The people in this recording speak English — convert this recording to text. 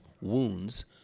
wounds